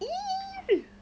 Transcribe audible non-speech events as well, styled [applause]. [noise]